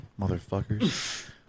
motherfuckers